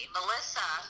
Melissa